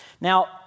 Now